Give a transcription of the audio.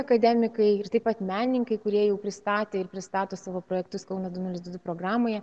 akademikai ir taip pat menininkai kurie jau pristatė ir pristato savo projektus kauno du nulis du du programoje